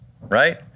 right